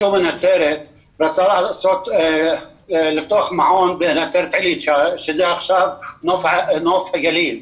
רצה לפתוח מעון בנצרת עילית שעכשיו נקראת נוף הגליל.